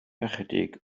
ychydig